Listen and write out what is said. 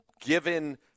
given